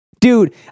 Dude